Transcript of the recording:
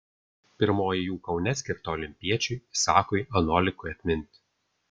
pirmoji jų kaune skirta olimpiečiui isakui anolikui atminti